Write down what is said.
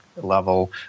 level